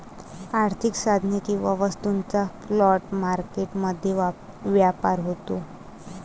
आर्थिक साधने किंवा वस्तूंचा स्पॉट मार्केट मध्ये व्यापार होतो